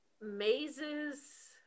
Mazes